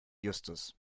justus